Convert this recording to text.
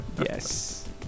Yes